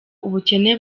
ubukene